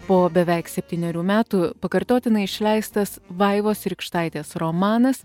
po beveik septynerių metų pakartotinai išleistas vaivos rykštaitės romanas